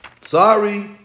Sorry